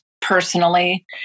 personally